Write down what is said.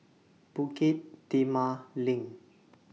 Bukit Timah LINK